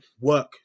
work